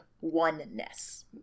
oneness